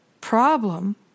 problem